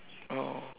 oh